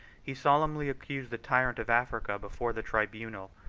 he solemnly accused the tyrant of africa before the tribunal,